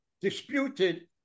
disputed